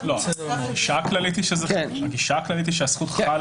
הגישה הכללית היא שהזכות חלה.